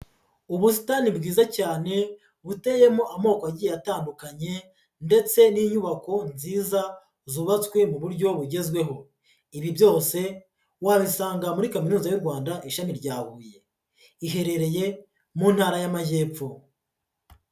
Ubusitani bwiza cyane buteyemo amoko agiye atandukanye ndetse n'inyubako nziza zubatswe mu buryo bugezweho, ibi byose wabisanga muri kaminuza y'u Rwanda ishami rya Huye, iherereye mu Ntara y'Amajyepfo.